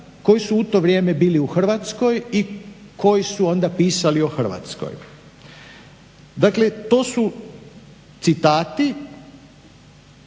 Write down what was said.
koji su u to vrijeme bili u Hrvatskoj i koji su onda pisali o Hrvatskoj. Dakle, to su citati